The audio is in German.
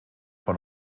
von